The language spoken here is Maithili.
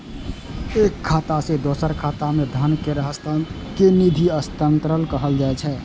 एक खाता सं दोसर खाता मे धन केर हस्तांतरण कें निधि अंतरण कहल जाइ छै